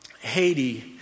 Haiti